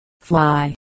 Fly